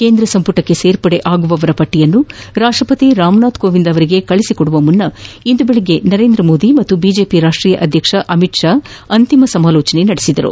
ಕೇಂದ್ರ ಸಂಪುಟಕ್ಕೆ ಸೇರ್ಪಡೆ ಆಗುವವರ ಪಟ್ಟಿಯನ್ನು ರಾಷ್ಟಪತಿ ರಾಮನಾಥ್ ಕೋವಿಂದ್ ಅವರಿಗೆ ಕಳುಹಿಸಿ ಕೊಡುವ ಮುನ್ನ ಇಂದು ಬೆಳಗ್ಗೆ ನರೇಂದ್ರ ಮೋದಿ ಮತ್ತು ಬಿಜೆಪಿ ರಾಷ್ಟೀಯ ಅಧ್ಯಕ್ಷ ಅಮಿತ್ ಷಾ ಿ ಅಂತಿಮ ಸಮಾಲೋಜನೆ ನಡೆಸಿದರು